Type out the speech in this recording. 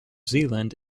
zeeland